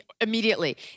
immediately